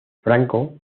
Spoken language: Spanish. franco